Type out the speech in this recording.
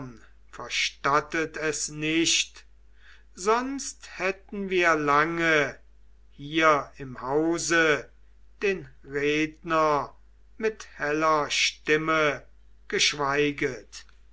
verstattet es nicht sonst hätten wir lange hier im hause den redner mit heller stimme geschweiget